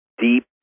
deep